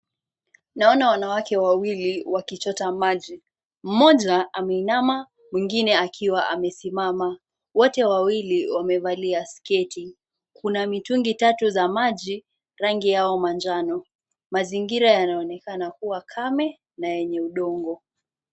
Naona wanawake wawili wakichota maji, mmoja ameinama mwingine akiwa amesimama, wote wawili wamevalia sketi, kuna mitungi tatu za maji, rangi yao manjano. Mazingira yanaonekana kuwa kame na yenye udongo.